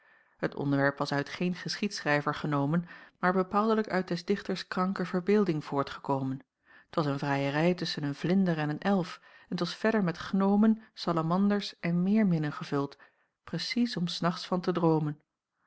het onderwerp was uit geen geschiedschrijver genomen maar bepaaldelijk uit des dichters kranke verbeelding voortgekomen t was een vrijerij tusschen een vlinder en een elf en t was verder met gnomen salamanders en meerminnen gevuld precies om s nachts van te droomen